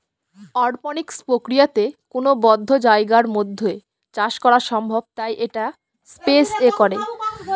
অরপনিক্স প্রক্রিয়াতে কোনো বদ্ধ জায়গার মধ্যে চাষ করা সম্ভব তাই এটা স্পেস এ করে